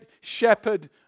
shepherd